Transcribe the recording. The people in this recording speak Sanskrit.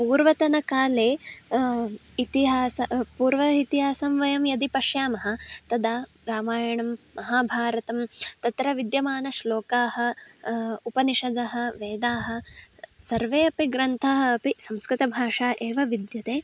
पूर्वतनकाले इतिहासः पूर्वम् इतिहासं वयं यदि पश्यामः तदा रामायणं महाभारतं तत्र विद्यमानश्लोकाः उपनिषदः वेदाः सर्वे अपि ग्रन्थाः अपि संस्कृतभाषया एव विद्यन्ते